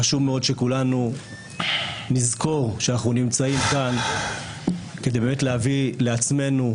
חשוב מאוד שכולנו נזכור שאנחנו נמצאים כאן כדי להביא לעצמנו,